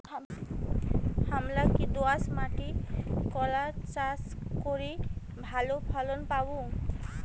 হামরা কি দোয়াস মাতিট করলা চাষ করি ভালো ফলন পামু?